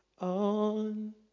On